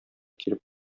килеп